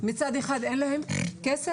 מצד אחד אין להם כסף.